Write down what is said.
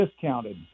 discounted